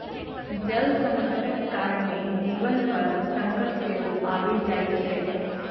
जल संकटक कारणेँ जीवन पर संकट सेहो आबि जाइत छै